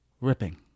ripping